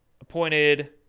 appointed